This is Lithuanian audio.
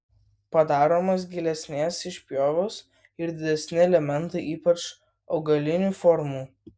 padaromos gilesnės išpjovos ir didesni elementai ypač augalinių formų